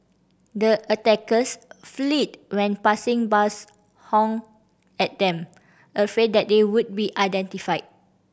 the attackers fled when passing bus honked at them afraid that they would be identified